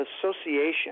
association